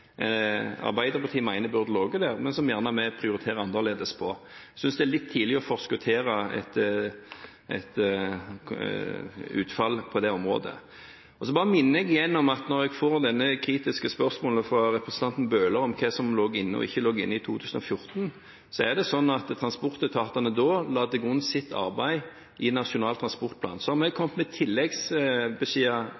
Arbeiderpartiet mener burde ligge der, men hvor vi gjerne prioriterer annerledes. Jeg synes det er litt tidlig å forskuttere et utfall på det området. Når jeg får slike kritiske spørsmål fra representanten Bøhler om hva som lå inne og ikke lå inne i 2104, vil jeg minne om at transportetatene la sitt arbeid til grunn i Nasjonal transportplan. Så har vi kommet med tilleggsbeskjeder etter at vi overtok styringen. Så når representanten Bøhler er